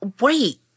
wait